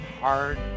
hard